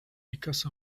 because